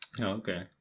okay